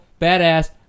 Badass